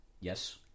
yes